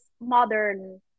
modern